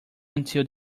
until